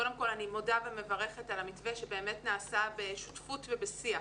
קודם כל אני מודה ומברכת על המתווה שבאמת נעשה בשותפות ובשיח